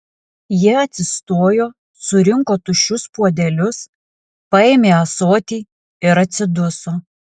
ji atsistojo surinko tuščius puodelius paėmė ąsotį ir atsiduso